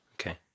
Okay